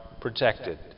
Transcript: protected